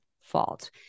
fault